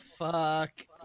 Fuck